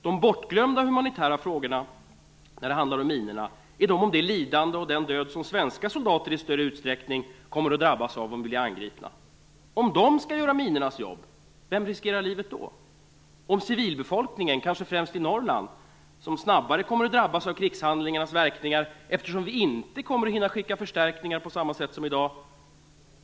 De bortglömda humanitära frågorna i samband med minorna är de om det lidande och den död som svenska soldater i större utsträckning kommer att drabbas av om de blir angripna. Om de skall göra minornas jobb, vem riskerar livet då? Civilbefolkningen, kanske främst i Norrland, kommer att drabbas snabbare av krigshandlingarnas verkningar eftersom vi inte kommer att hinna skicka förstärkningar på samma sätt som i dag.